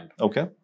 Okay